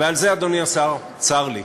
ועל זה, אדוני השר, צר לי.